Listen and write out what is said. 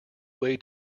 way